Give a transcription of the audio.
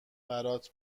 برات